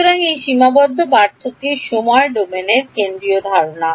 সুতরাং এই সীমাবদ্ধ পার্থক্য সময় ডোমেন কেন্দ্রীয় ধারণা